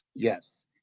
yes